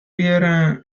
بیارم